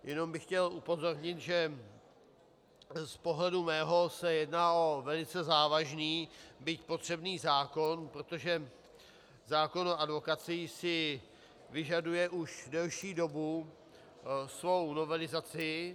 Jenom bych chtěl upozornit, že z pohledu mého se jedná o velice závažný, byť potřebný zákon, protože zákon o advokacii si vyžaduje už delší dobu svou novelizaci.